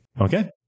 Okay